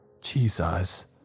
Jesus